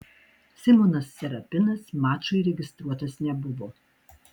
simonas serapinas mačui registruotas nebuvo